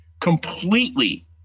completely